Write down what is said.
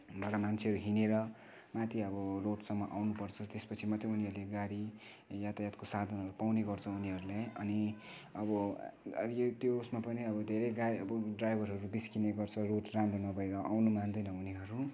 बाट मान्छेहरू हिँडेर माथि अब रोडसम्म आउनुपर्छ त्यसपछि मात्रै उनीहरूले गाडी यातायातको साधनहरू पाउने गर्छ उनीहरूले अनि अब यो त्यो उसमा पनि अब धेरै अब ड्राइभरहरू बिच्किने गर्छ रोड राम्रो नभएर आउनु मान्दैन उनीहरू